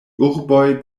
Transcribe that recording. urboj